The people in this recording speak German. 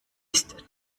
ist